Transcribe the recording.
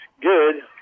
good